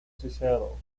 cicero